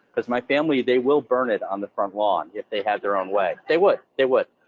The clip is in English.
cause my family, they will burn it on the front lawn if they have their own way. they would, they would.